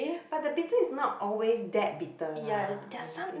but the bitter is not always that bitter lah honestly